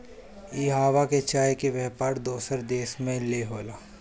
इहवां के चाय के व्यापार दोसर देश ले होला